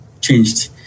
changed